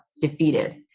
defeated